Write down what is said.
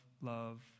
love